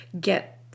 get